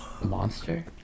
monster